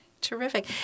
Terrific